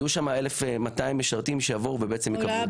יהיו שם 1,200 משרתים שיבואו ויקבלו --- אולי